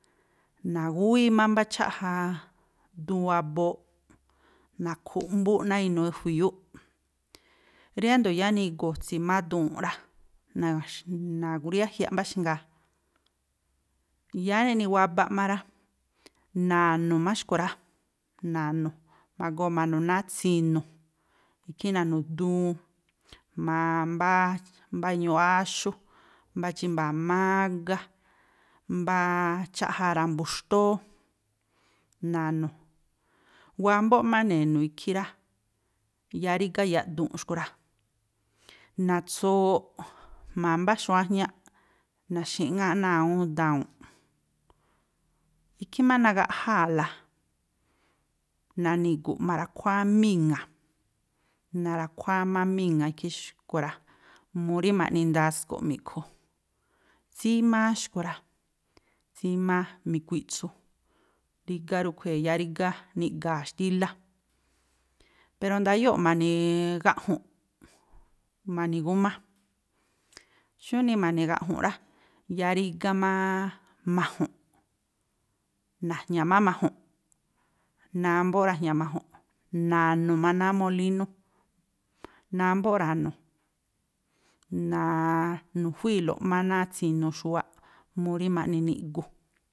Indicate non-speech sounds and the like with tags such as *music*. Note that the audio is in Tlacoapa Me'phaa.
Na̱gúwii má mbá cháꞌja duun wabooꞌ, na̱khu̱ꞌmbúꞌ náa̱ inuu e̱jui̱yúꞌ, riándo̱ yáá nigu̱tsi̱ má duwu̱nꞌ rá *unintelligible* na̱gruíyájyaꞌ mbáxngaa, yáá neꞌni wabaꞌ má rá, na̱nu̱ má xkui̱ rá na̱nu̱, ma̱goo ma̱nu̱ náa̱ tsi̱nu̱, ikhí na̱nu̱ duun jma̱a mbáá, mbá iñuuꞌ áxú, mbá chímba̱a̱ mágá, mbááá cháꞌja ra̱mbu̱ xtóó, na̱nu̱, wámbóꞌ má ne̱nu̱ ikhí rá, yáá rígá yaꞌduu̱nꞌ xkui̱ rá. Na̱tsuwooꞌ jma̱a mbá xu̱wa̱a jñáꞌ na̱xi̱ꞌŋáꞌ náa̱ awúún dawu̱nꞌ. Ikhí má nagaꞌjáa̱la, nani̱gu̱ꞌ ma̱ra̱khuáá míŋa̱, na̱ra̱khuáá má míŋa̱ꞌ ikhí xkui̱ rá, mu rí ma̱ꞌni ndasko̱ꞌ miꞌkhu, tsímáá xkui̱ rá, tsímáá mi̱kuiꞌtsu, rígá rúꞌkhui̱, yáá rígá, niꞌga̱a̱ xtílá. Pero ndayóo̱ꞌ ma̱ni̱ gaꞌju̱nꞌ, ma̱ni̱ guma. Xújnii ma̱ni̱ gaꞌju̱nꞌ rá, yá ríga mááá maju̱nꞌ, na̱jña̱ má maju̱nꞌ, námbóꞌ ra̱jña̱ maju̱nꞌ, na̱nu̱ má náa̱ molínú, námbóꞌ ra̱nu̱, na̱nu̱juíi̱lo má náa̱ tsi̱nu̱ xúwáꞌmu rí ma̱ꞌni niꞌgu.